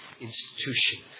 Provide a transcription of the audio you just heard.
institution